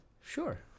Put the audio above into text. Sure